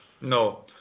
No